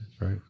right